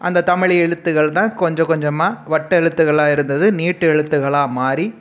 அந்த தமிழி எழுத்துக்கள் தான் கொஞ்சம் கொஞ்சமாக வட்ட எழுத்துக்களாக இருந்தது நீட்டு எழுத்துக்களாக மாறி